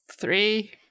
Three